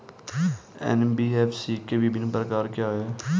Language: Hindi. एन.बी.एफ.सी के विभिन्न प्रकार क्या हैं?